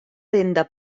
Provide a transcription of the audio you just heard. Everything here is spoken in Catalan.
renda